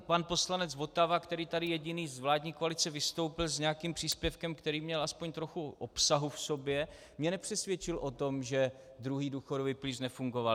Pan poslanec Votava, který tady jediný z vládní koalice vystoupil s nějakým příspěvkem, který měl aspoň trochu obsahu v sobě, mě nepřesvědčil o tom, že druhý důchodový pilíř nefungoval.